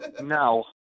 No